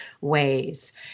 ways